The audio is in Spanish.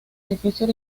edificio